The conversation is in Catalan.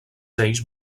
ells